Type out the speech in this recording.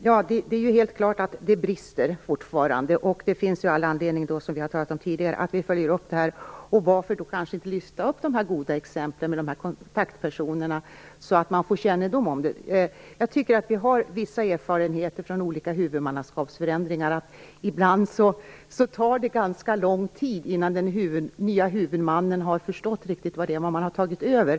Herr talman! Det är helt klart att det fortfarande finns brister, och vi har, vilket har sagts tidigare, all anledning att följa upp detta. Varför då inte lyfta upp de här goda exemplen med kontaktpersoner, så att de blir allmänt kända? Det finns vissa erfarenheter från olika huvudmannaskapsförändringar som visar att det ibland tar ganska lång tid innan den nya huvudmannen har förstått vad det är man har tagit över.